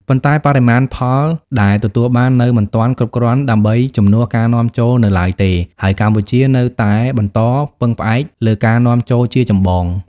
ប៉ុន្តែបរិមាណផលដែលទទួលបាននៅមិនទាន់គ្រប់គ្រាន់ដើម្បីជំនួសការនាំចូលនៅឡើយទេ ហើយកម្ពុជានៅតែបន្តពឹងផ្អែកលើការនាំចូលជាចម្បង។